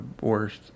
worst